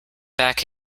back